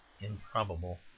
improbable